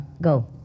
go